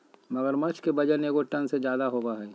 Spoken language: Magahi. मगरमच्छ के वजन एगो टन से ज्यादा होबो हइ